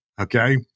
Okay